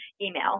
email